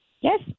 Yes